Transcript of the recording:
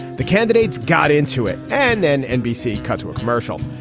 the candidates got into it. and then nbc cut to a commercial.